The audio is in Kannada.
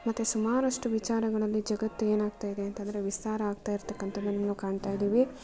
ಮತ್ತು ಸುಮಾರಷ್ಟು ವಿಚಾರಗಳಲ್ಲಿ ಜಗತ್ತು ಏನಾಗ್ತಾಯಿದೆ ಅಂತಂದರೆ ವಿಸ್ತಾರ ಆಗ್ತಾ ಇರತಕ್ಕಂಥದ್ದನ್ನು ನಾವು ಕಾಣ್ತಾ ಇದ್ದೀವಿ